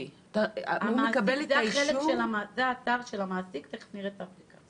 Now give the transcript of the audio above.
זה האתר של המעסיק, תיכף נראה את זה של המועסק.